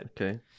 okay